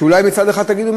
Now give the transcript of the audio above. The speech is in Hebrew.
ואולי מצד אחד תגידו,